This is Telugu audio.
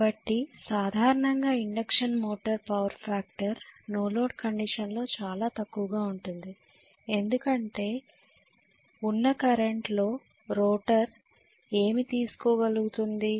కాబట్టి సాధారణంగా induction motor power factor no load కండిషన్లో చాలా తక్కువగా ఉంటుంది ఎందుకంటే ఉన్న కరెంటులో రోటర్ ఏమి తీసుకోగలుగుతుంది